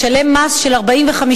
משלם מס של 45%,